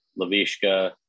Lavishka